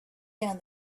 down